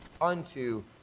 unto